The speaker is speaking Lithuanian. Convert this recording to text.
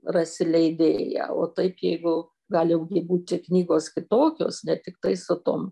rasi leidėją o taip jeigu gali gi būti knygos kitokios ne tiktai su tom